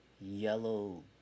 yellow